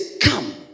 come